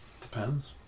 depends